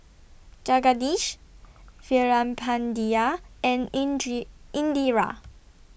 Jagadish Veerapandiya and Indira